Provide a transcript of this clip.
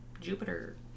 Jupiter